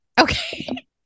Okay